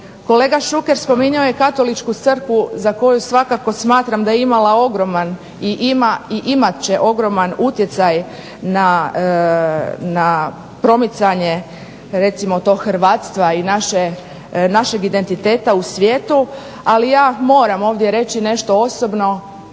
Kolega Šuker spominjao je Katoličku crkvu za koju svakako smatram da je imala ogroman i ima i imat će ogroman utjecaj na promicanje recimo tog hrvatstva i našeg identiteta u svijetu. Ali ja moram ovdje reći nešto osobno.